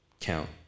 count